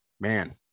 man